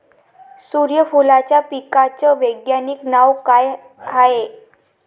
सुर्यफूलाच्या पिकाचं वैज्ञानिक नाव काय हाये?